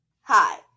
Hi